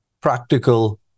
practical